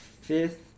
fifth